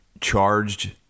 charged –